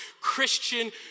Christian